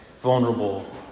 vulnerable